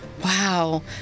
Wow